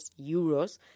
euros